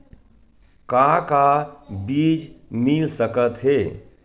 का का बीज मिल सकत हे?